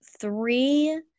three